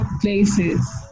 places